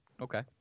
Okay